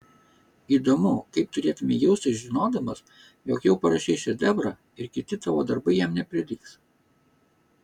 įdomu kaip turėtumei jaustis žinodamas jog jau parašei šedevrą ir kiti tavo darbai jam neprilygs